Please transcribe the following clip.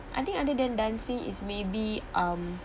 I think other than dancing is maybe um